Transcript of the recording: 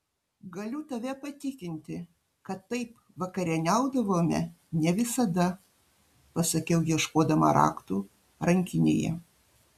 galiu tave patikinti kad taip vakarieniaudavome ne visada pasakiau ieškodama raktų rankinėje